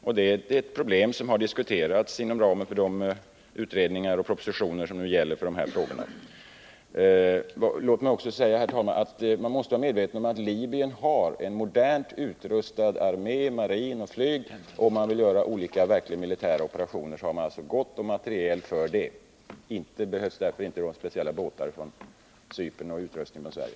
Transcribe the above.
Det är ett problem som har diskuterats inom ramen för de utredningar och propositioner som nu gäller för dessa frågor. Låt mig också, herr talman, säga att man måste vara medveten om att Libyen har en modernt utrustad armé, marin och flyg, och om man vill göra verkligt militära operationer har man alltså gott om materiel för det. Man behöver därför inte några speciella båtar från Cypern och utrustning från Sverige.